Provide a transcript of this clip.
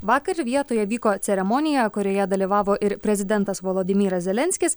vakar vietoje vyko ceremonija kurioje dalyvavo ir prezidentas volodimyras zelenskis